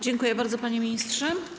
Dziękuję bardzo, panie ministrze.